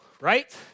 right